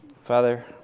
Father